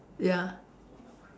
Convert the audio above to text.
ya